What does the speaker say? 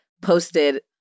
posted